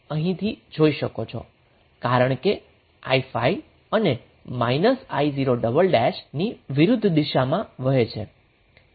કારણ કે i5 એ i0 ની વિરુધ્ધ દિશામાં વહે છે